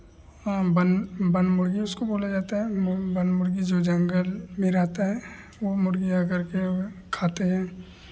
one वनमुर्गी उसको बोला जाता है वनमुर्गी जो जंगल में रहता है वो मुर्गी आ करके खाते हैं